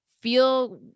Feel